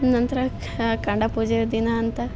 ನಂತರ ಖಾಂಡ ಪೂಜೆ ದಿನ ಅಂತ